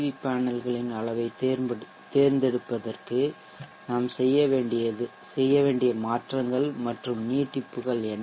we பேனல்களின் அளவைத் தேர்ந்தெடுப்பதற்கு நாம் செய்ய வேண்டிய மாற்றங்கள் மற்றும் நீட்டிப்புகள் என்ன